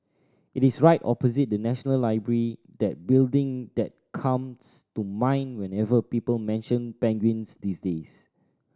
it is right opposite the National Library that building that comes to mind whenever people mention penguins these days